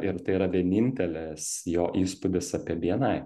ir tai yra vienintelis jo įspūdis apie bni